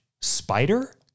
spider